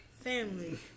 Family